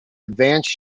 advanced